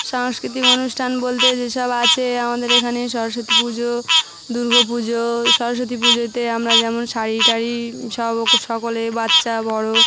সাংস্কৃতিক অনুষ্ঠান বলতে যেসব আছে আমাদের এখানে সরস্বতী পুজো দুর্গাপুজো সরস্বতী পুজোতে আমরা যেমন শাড়ি টাড়ি সব সকলে বাচ্চা বড়